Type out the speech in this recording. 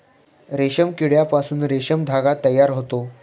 रेशीम किड्यापासून रेशीम धागा तयार होतो